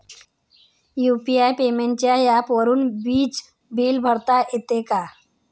UPI पेमेंटच्या ऍपवरुन वीज बिल भरता येते का?